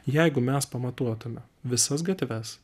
jeigu mes pamatuotume visas gatves